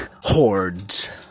hordes